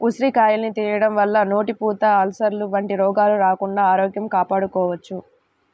ఉసిరికాయల్ని తినడం వల్ల నోటిపూత, అల్సర్లు వంటి రోగాలు రాకుండా ఆరోగ్యం కాపాడుకోవచ్చు